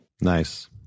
Nice